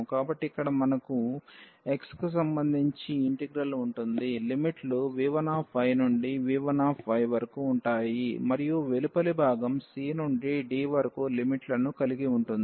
కాబట్టి ఇక్కడ మనకు x కి సంబంధించి ఇంటిగ్రల్ ఉంటుంది లిమిట్లు v1 నుండి v1 వరకు ఉంటాయి మరియు వెలుపలి భాగం c నుండి d వరకు లిమిట్లను కలిగి ఉంటుంది